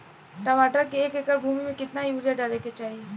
टमाटर के एक एकड़ भूमि मे कितना यूरिया डाले के चाही?